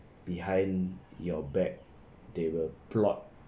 behind your back they will plot